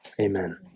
amen